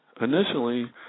initially